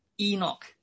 Enoch